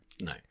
no